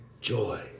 joy